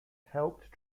helped